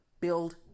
build